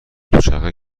دوچرخه